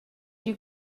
you